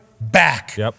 back